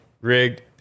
Rigged